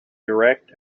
direct